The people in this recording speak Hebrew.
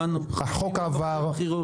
החוק עבר.